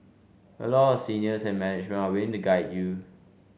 a lot of seniors and management are win to guide you